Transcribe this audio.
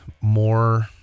more